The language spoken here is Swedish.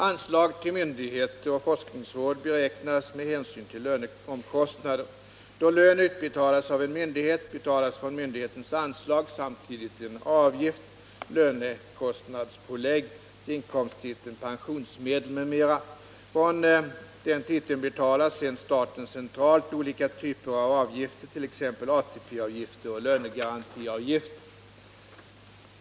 Anslag till myndigheter och forskningsråd beräknas med hänsyn till löneomkostnader. Då lön utbetalas av en myndighet betalas från myndighetens anslag samtidigt en avgift, lönekostnadspålägg, LKP, till inkomsttiteln ”Pensionsmedel m.m.”. Från inkomsttiteln betalar sedan staten centralt olika typer av avgifter, t.ex. ATP-avgifter och lönegarantiavgifter.